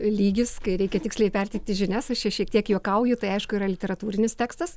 lygis kai reikia tiksliai perteikti žinias aš čia šiek tiek juokauju tai aišku yra literatūrinis tekstas